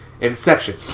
Inception